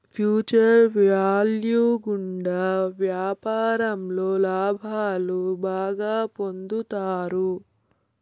future value గుండా వ్యాపారంలో లాభాలు బాగా పొందుతారు